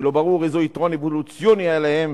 שלא ברור איזה יתרון אבולוציוני היה להם